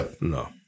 No